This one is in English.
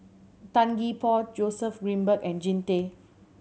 Tan Gee Paw Joseph Grimberg and Jean Tay